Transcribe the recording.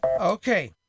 Okay